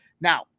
Now